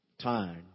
time